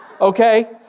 Okay